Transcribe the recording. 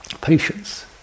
Patience